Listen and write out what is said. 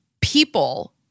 people